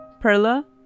Perla